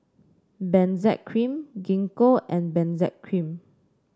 Benzac Cream Gingko and Benzac Cream